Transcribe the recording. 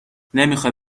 نمیخوای